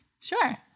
Sure